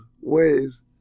ways